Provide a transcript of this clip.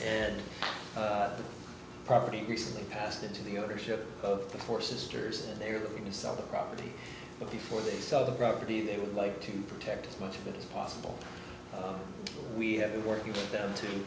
and the property recently passed into the ownership of the four sisters and they were willing to sell the property but before they sell the property they would like to protect as much as possible we have to work with them to